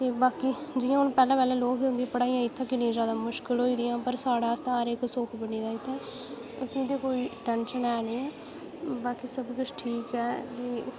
ते बाकी जि'यां पैह्ले पैह्ले लौक पढाइयां इत्थै किन्नी ज्यादा मुश्किल होई दियां न ते साढ़े आस्तै हर इक सुख बनी दा ते असें गी ते कोई टैंशन ऐ गै नेईं बाकी सब किश ठीक ऐ